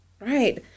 Right